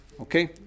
Okay